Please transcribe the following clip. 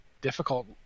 difficult